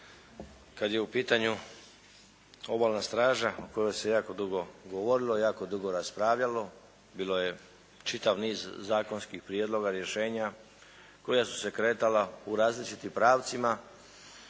kad je u pitanju Obalna straža o kojoj se jako dugo govorilo, jako dugo raspravljalo. Bilo je čitav niz zakonskih prijedloga, rješenja koja su se kretala u različitim pravcima.